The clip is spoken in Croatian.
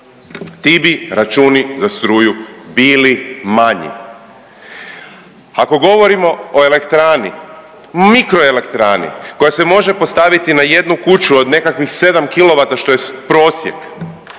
ti bi računi za struju bili manji. Ako govorimo o elektrani, mikro elektrani koja se može postaviti na jednu kuću od nekakvih 7 kilovata što je prosjek,